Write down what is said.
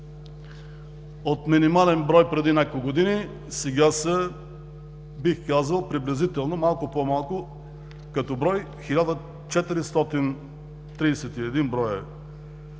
От минимален брой преди няколко години, сега са, бих казал, приблизително малко по-малко като брой – 1431 броя